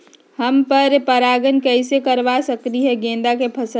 हम पर पारगन कैसे करवा सकली ह गेंदा के फसल में?